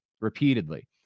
repeatedly